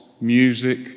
music